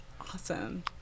Awesome